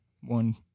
one